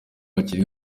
hakiri